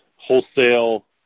wholesale